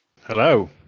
Hello